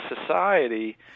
society